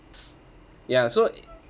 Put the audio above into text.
ya so it~